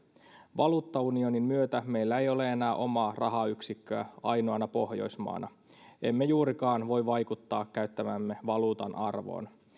valuuttaunionin myötä meillä ei ole enää omaa rahayksikköä ainoana pohjoismaana emme juurikaan voi vaikuttaa käyttämämme valuutan arvoon